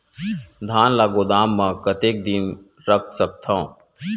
धान ल गोदाम म कतेक दिन रख सकथव?